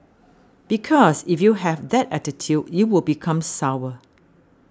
because if you have that attitude you will become sour